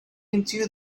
into